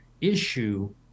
issue